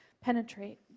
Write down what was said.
penetrate